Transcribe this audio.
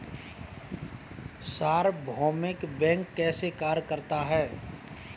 सार्वभौमिक बैंक कैसे कार्य करता है?